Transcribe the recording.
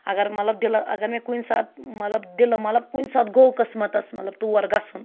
اگر مطلب دِلہٕ اگر مےٚ کُنہِ ساتہٕ مطلب دِلہٕ مطلب کُنہِ ساتہٕ گوٚو قٕسمَتَس مطلب تور گژھُن